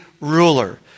ruler